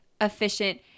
efficient